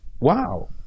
Wow